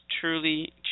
truly